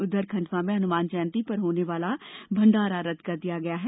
उधर खंडवा में हनुमान जयंती पर होने वाला विशाल भंडारा रदद कर दिया गया है